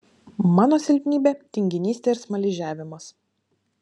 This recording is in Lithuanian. mano silpnybė tinginystė ir smaližiavimas